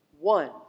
One